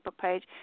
page